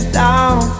down